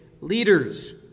leaders